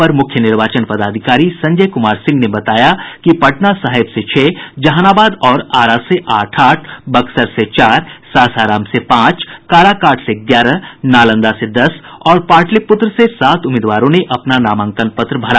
अपर मुख्य निर्वाचन पदाधिकारी संजय कुमार सिंह ने बताया कि पटना साहिब से छह जहानाबाद और आरा से आठ आठ बक्सर से चार सासाराम से पांच काराकाट से ग्यारह नालंदा से दस और पाटलिपुत्र से सात उम्मीदवारों ने अपना नामांकन पत्र भरा